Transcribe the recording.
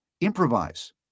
improvise